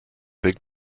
big